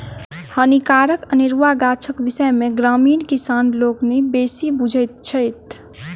हानिकारक अनेरुआ गाछक विषय मे ग्रामीण किसान लोकनि बेसी बुझैत छथि